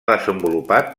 desenvolupat